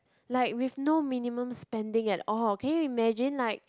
like with no minimum spending at all can you imagine like